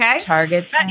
Targets